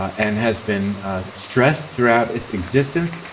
and has been stressed throughout its existence,